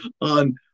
on